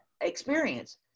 experience